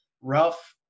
rough